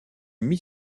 mis